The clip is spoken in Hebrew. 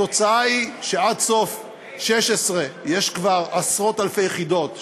התוצאה היא שעד סוף 2016 יש כבר עשרות-אלפי יחידות ששווקו,